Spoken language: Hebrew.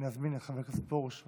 את חבר הכנסת פרוש,